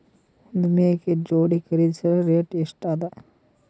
ಒಂದ್ ಮೇಕೆ ಜೋಡಿ ಖರಿದಿಸಲು ರೇಟ್ ಎಷ್ಟ ಅದ?